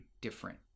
different